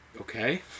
Okay